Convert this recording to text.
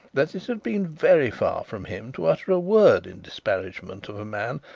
that it had been very far from him to utter a word in disparagement of a man,